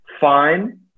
fine